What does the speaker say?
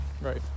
Right